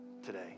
today